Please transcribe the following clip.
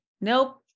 nope